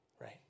right